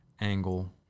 angle